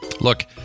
Look